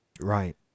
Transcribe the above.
Right